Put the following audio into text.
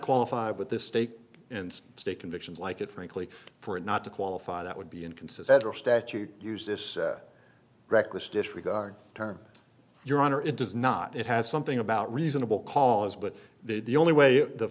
qualify with this steak and state convictions like it frankly for it not to qualify that would be inconsiderate statute use this reckless disregard term your honor it does not it has something about reasonable cause but the only way the